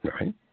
Right